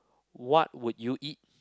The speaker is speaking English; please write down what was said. what would you eat